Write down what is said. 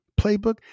playbook